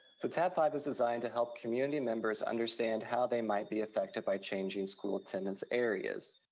so tab five is designed to help community members understand how they might be affected by changing school attendance areas.